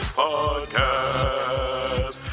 podcast